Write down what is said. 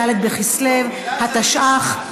ד' בכסלו התשע"ח,